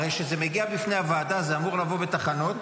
הרי כשזה מגיע בפני הוועדה, זה אמור לבוא בתחנות.